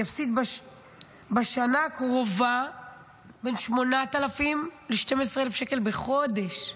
יפסיד בשנה הקרובה בין 8,000 ל-12,000 בחודש.